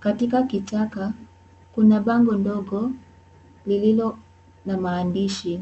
katika kichaka, kuna bango ndogo, lililo, na maandishi.